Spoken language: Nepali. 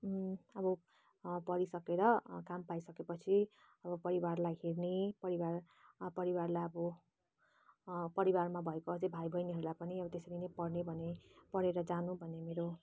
अब पढिसकेर काम पाइसकेपछि अब परिवारलाई हेर्ने परिवार परिवारलाई अब परिवारमा भएको अझै भाइबहिनीहरूलाई पनि अब त्यसरी नै पढ्ने भने पढेर जानु भने मेरो